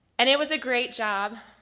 and it was a great job.